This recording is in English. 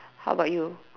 how about you